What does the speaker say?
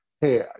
Hey